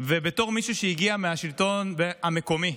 בתור מישהו שהגיע מהשלטון המקומי,